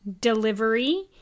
delivery